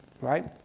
right